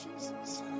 Jesus